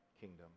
kingdom